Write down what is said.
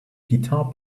guitar